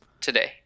today